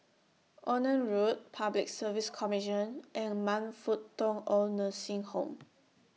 Onan Road Public Service Commission and Man Fut Tong Oid Nursing Home